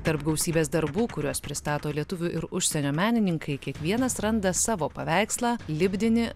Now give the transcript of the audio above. tarp gausybės darbų kuriuos pristato lietuvių ir užsienio menininkai kiekvienas randa savo paveikslą lipdinį